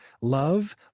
love